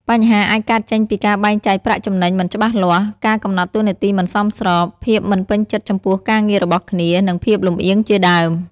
បញ្ហាអាចកើតចេញពីការបែងចែកប្រាក់ចំណេញមិនច្បាស់លាស់ ការកំណត់តួនាទីមិនសមស្រប ភាពមិនពេញចិត្តចំពោះការងាររបស់គ្នា និងភាពលម្អៀងជាដើម។